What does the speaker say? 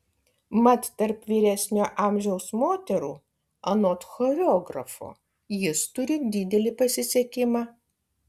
mat tarp vyresnio amžiaus moterų anot choreografo jis turi didelį pasisekimą